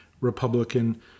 Republican